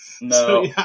No